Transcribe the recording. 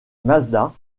mazda